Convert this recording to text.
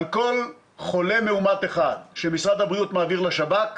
על כל חולה מאומת אחד שמשרד הבריאות מעביר לשב"כ,